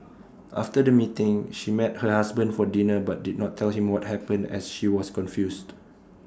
after the meeting she met her husband for dinner but did not tell him what happened as she was confused